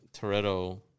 Toretto